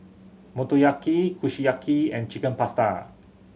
Motoyaki Kushiyaki and Chicken Pasta